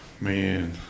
Man